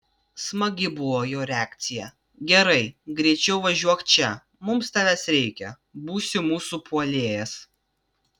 smagi buvo jo reakcija gerai greičiau važiuok čia mums tavęs reikia būsi mūsų puolėjas